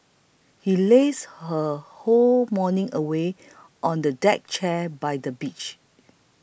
he lazed her whole morning away on the deck chair by the beach